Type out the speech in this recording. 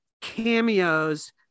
cameos